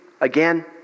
Again